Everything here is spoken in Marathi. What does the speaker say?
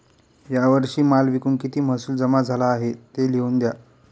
या वर्षी माल विकून किती महसूल जमा झाला आहे, ते लिहून द्या